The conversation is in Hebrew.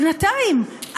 בינתיים,